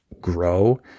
grow